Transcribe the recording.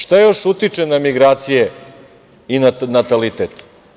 Šta još utiče na migracije i na natalitet?